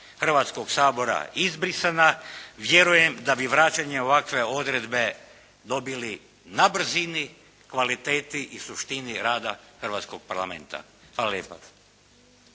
Hrvatskoga sabora izbrisana, vjerujem da bi vraćanjem ovakve odredbe dobili na brzini, kvaliteti i suštini rada Hrvatskoga parlamenta. Hvala lijepa.